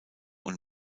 und